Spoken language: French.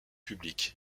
publics